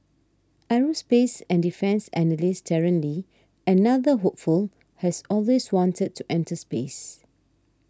aerospace and defence analyst Darren Lee another hopeful has always wanted to enter space